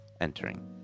entering